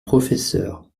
professeur